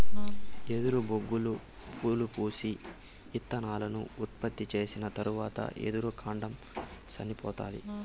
ఎదురు బొంగులు పూలు పూసి, ఇత్తనాలను ఉత్పత్తి చేసిన తరవాత ఎదురు కాండం సనిపోతాది